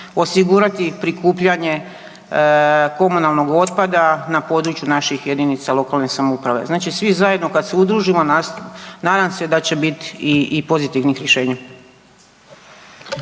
osigurati prikupljanje komunalnog otpada na području naših jedinica lokalne samouprave. Znači svi zajedno kad se udružimo nadam da će biti i pozitivnih rješenja.